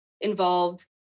involved